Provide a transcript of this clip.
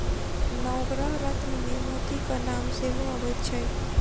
नवग्रह रत्नमे मोतीक नाम सेहो अबैत छै